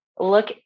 look